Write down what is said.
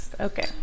Okay